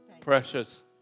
precious